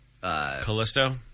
Callisto